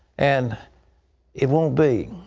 and it won't be.